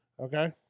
okay